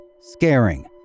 scaring